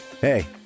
Hey